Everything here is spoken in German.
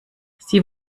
sie